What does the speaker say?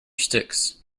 sticks